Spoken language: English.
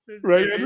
right